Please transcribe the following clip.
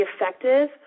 effective